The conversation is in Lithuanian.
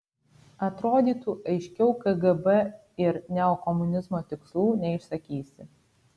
atrodytų aiškiau kgb ir neokomunizmo tikslų neišsakysi